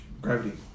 gravity